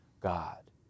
God